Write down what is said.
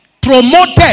promoted